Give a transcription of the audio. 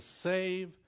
save